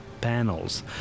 panels